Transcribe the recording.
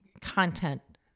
content